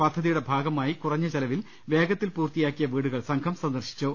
പദ്ധതിയുടെ ഭാഗമായി കുറഞ്ഞ ചെലവിൽ വേഗത്തിൽ പൂർത്തിയാക്കിയ വീടുകൾ സംഘം സന്ദർശിച്ചു